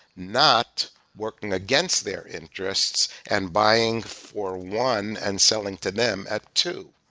not working against their interests and buying for one and selling to them at two.